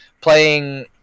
playing